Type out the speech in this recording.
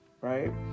right